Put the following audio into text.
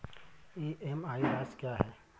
EMI राशि क्या है?